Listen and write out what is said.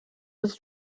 was